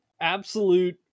absolute